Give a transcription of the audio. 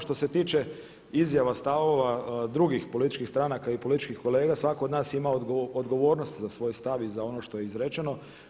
Što se tiče izjava, stavova drugih političkih stranaka i političkih kolega svatko od nas ima odgovornost za svoj stav i za ono što je izrečeno.